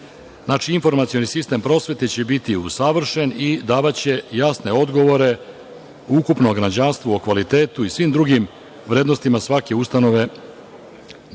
informacioni sistem prosvete će biti usavršen i davaće jasne odgovore ukupnom građanstvu o kvalitetu i svim drugim vrednostima svake ustanove. Jasno